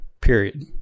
period